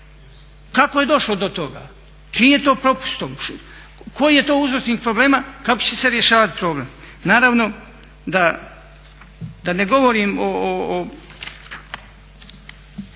Kako je došlo do toga, čiji je to propust …, koji je to uzročnik problema, kako će se rješavati problem. Da ne govorim o